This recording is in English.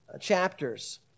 chapters